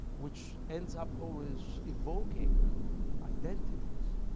which ends up always evoking identities,